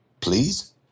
Please